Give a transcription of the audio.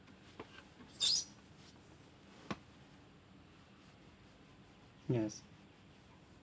yes